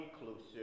inclusive